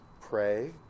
pray